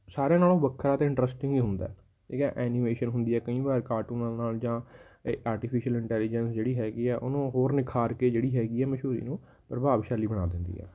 ਸਾਰਿਆਂ ਨਾਲੋਂ ਵੱਖਰਾ ਅਤੇ ਇੰਟਰਸਟਿੰਗ ਹੁੰਦਾ ਠੀਕ ਹੈ ਐਨੀਮੇਸ਼ਨ ਹੁੰਦੀ ਹੈ ਕਈ ਵਾਰ ਕਾਰਟੂਨਾਂ ਨਾਲ ਜਾਂ ਆਰਟੀਫਿਸ਼ਲ ਇੰਟੈਲੀਜਸ ਜਿਹੜੀ ਹੈਗੀ ਆ ਉਹਨੂੰ ਹੋਰ ਨਿਖਾਰ ਕੇ ਜਿਹੜੀ ਹੈਗੀ ਹੈ ਮਸ਼ਹੂਰੀ ਨੂੰ ਪ੍ਰਭਾਵਸ਼ਾਲੀ ਬਣਾ ਦਿੰਦੀ ਹੈ